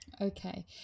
Okay